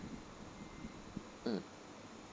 mm